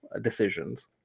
decisions